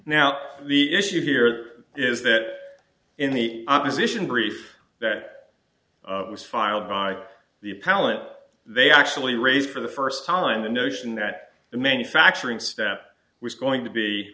now the issue here is that in the opposition brief that was filed by the appellant they actually raised for the first time the notion that the manufacturing step was going to be